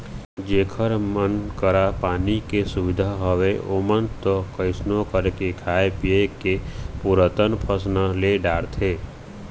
जेखर मन करा पानी के सुबिधा हवय ओमन ह तो कइसनो करके खाय पींए के पुरतन फसल ले डारथे